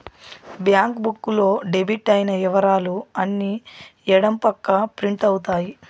bank book లో debit అయిన ఇవరాలు అన్ని ఎడం పక్క ప్రింట్ అవుతాయి